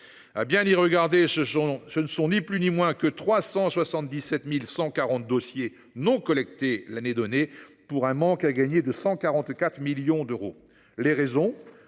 À bien y regarder, ce ne sont ni plus ni moins que 377 140 dossiers non collectés l’année donnée, pour un manque à gagner de 144 millions d’euros ! Les raisons ?